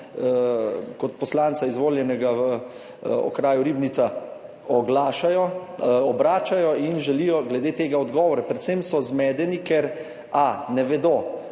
kot poslanca, izvoljenega v okraju Ribnica, obračajo, se oglašajo in želijo glede tega odgovore. Predvsem so zmedeni, ker ne vedo,